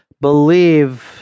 believe